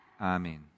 Amen